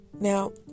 Now